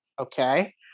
Okay